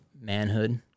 manhood